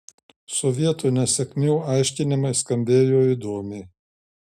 sovietų nesėkmių aiškinimai skambėjo įdomiai